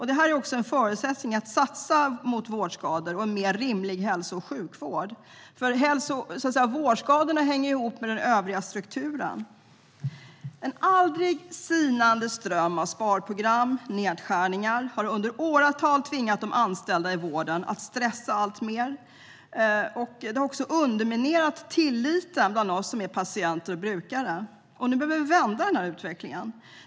Detta är också en förutsättning - vi satsar mot vårdskador och för en mer rimlig hälso och sjukvård. Vårdskadorna hänger ju ihop med den övriga strukturen. En aldrig sinande ström av sparprogram och nedskärningar har under åratal tvingat de anställda i vården att stressa alltmer. Det har också underminerat tilliten bland oss som är patienter och brukare. Nu behöver vi vända utvecklingen.